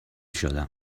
شدم